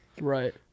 right